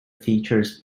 features